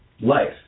life